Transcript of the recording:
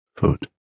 foot